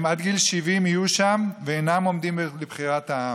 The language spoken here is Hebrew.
הם יהיו שם עד גיל 70 והם אינם עומדים לבחירת העם,